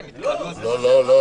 לא.